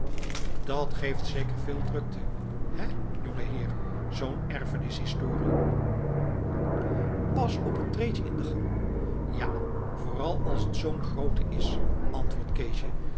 dat geeft zeker veel drukte hé jongeheer zoo'n erfenishistorie pas op het treedje in de gang ja vooral als het zoo'n groote is antwoordt